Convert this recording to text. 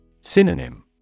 Synonym